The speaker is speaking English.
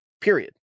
period